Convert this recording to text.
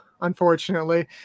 Unfortunately